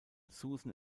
susan